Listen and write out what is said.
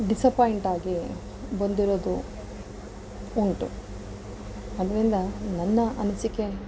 ಡಿಸಪಾಯಿಂಟಾಗಿ ಬಂದಿರೋದು ಉಂಟು ಅದರಿಂದ ನನ್ನ ಅನಿಸಿಕೆ